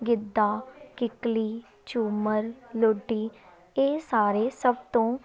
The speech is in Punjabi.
ਗਿੱਧਾ ਕਿੱਕਲੀ ਝੂੰਮਰ ਲੂੱਡੀ ਇਹ ਸਾਰੇ ਸਭ ਤੋਂ